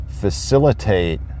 facilitate